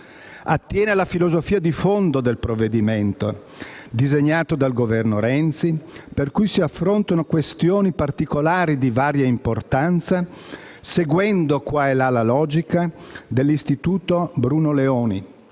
attiene alla filosofia di fondo del provvedimento, disegnato dal Governo Renzi, per cui si affrontano questioni particolari di varia importanza, seguendo qua e là la logica dell'«Istituto Bruno Leoni»,